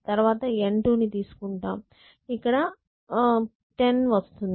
తర్వాత N2 ని తీసుకుంటాం ఇక్కడ 10 వస్తుంది